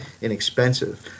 inexpensive